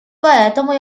поэтому